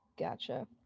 Gotcha